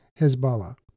Hezbollah